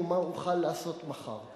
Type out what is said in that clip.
מה אוכל לעשות מחר?